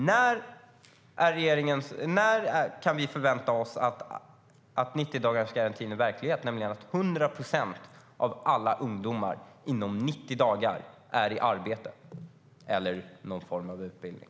När kan vi förvänta oss att 90-dagarsgarantin är verklig, så att 100 procent av alla ungdomar inom 90 dagar är i arbete eller någon form av utbildning?